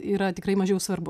yra tikrai mažiau svarbu